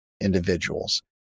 individuals